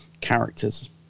characters